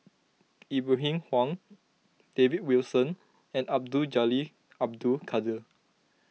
Ibrahim Awang David Wilson and Abdul Jalil Abdul Kadir